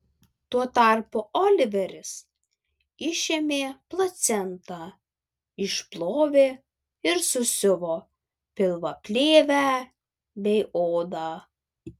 tuo tarpu oliveris išėmė placentą išplovė ir susiuvo pilvaplėvę bei odą